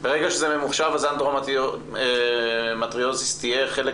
ברגע שזה ממוחשב אנדומטריוזיס תהיה חלק